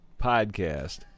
podcast